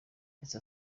ndetse